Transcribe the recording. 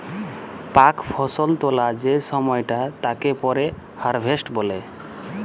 পাক ফসল তোলা যে সময়টা তাকে পরে হারভেস্ট বলে